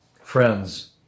Friends